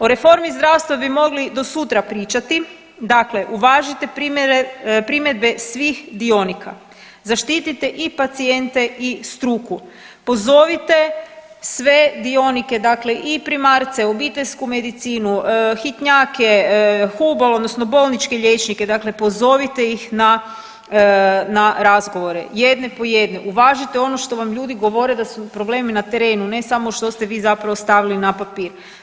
O reformi zdravstva bi mogli do sutra pričati, dakle uvažite primjere, primjedbe svih dionika, zaštite i pacijente i struku, pozovite sve dionike, dakle i primarce, obiteljsku medicinu, hitnjake, HUBOL odnosno bolničke liječnike, dakle pozovite ih na, na razgovore, jedne po jedne, uvažite ono što vam ljudi govore da su problemi na terenu, ne samo što ste vi zapravo stavili na papir.